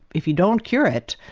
if you don't cure it,